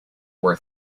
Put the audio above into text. were